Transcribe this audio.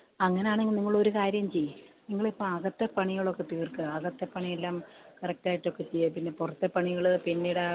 അങ്ങനെ ആണെങ്കിൽ നിങ്ങൾ ഒരു കാര്യം ചെയ്യ് നിങ്ങൾ ഇപ്പോൾ അകത്തെപ്പണികളൊക്കെ തീർക്ക് അകത്തെപ്പണിയെല്ലാം കറക്ട് ആയിട്ട് ഒക്കെ ചെയ്യ് പിന്നെ പുറത്തെ പണികൾ പിന്നീട്